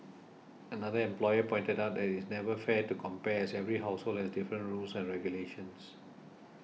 another employer pointed out that it is never fair to compare as every household has different rules and regulations